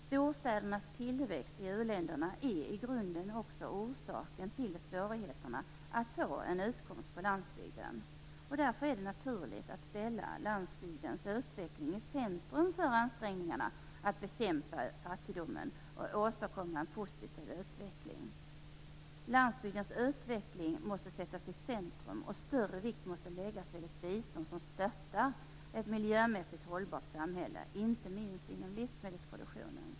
Storstädernas tillväxt i uländerna är i grunden också orsaken till svårigheterna att få en utkomst på landsbygden. Därför är det naturligt att ställa landsbygdens utveckling i centrum för ansträngningarna att bekämpa fattigdomen och att åstadkomma en positiv utveckling. Landsbygdens utveckling måste sättas i centrum och större vikt måste läggas vid ett bistånd som stöttar ett miljömässigt hållbart samhälle, inte minst inom livsmedelsproduktionen.